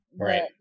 Right